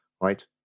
right